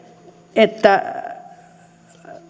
että